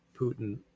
Putin